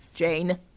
Jane